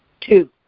Two